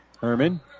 Herman